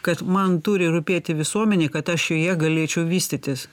kad man turi rūpėti visuomenė kad aš joje galėčiau vystytis